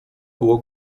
było